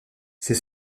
c’est